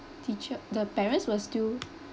teacher the parents will still